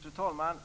Fru talman!